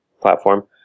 platform